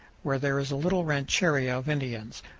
where there is a little rancheria of indians,